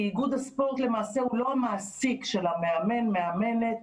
כי איגוד הספורט למעשה הוא לא המעסיק של המאמן ומאמנת,